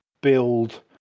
build